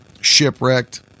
Shipwrecked